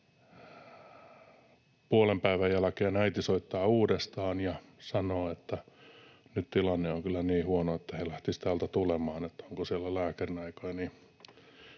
Puolenpäivän jälkeen äiti soittaa uudestaan ja sanoo, että nyt tilanne on kyllä niin huono, että he lähtisivät täältä tulemaan, onko siellä lääkärinaikoja.